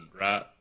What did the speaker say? right